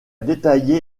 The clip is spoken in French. détaillé